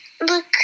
look